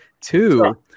Two